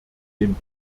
dem